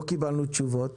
לא קיבלנו תשובות.